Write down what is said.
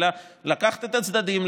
אלא לקחת את הצדדים,